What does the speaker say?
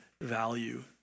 Value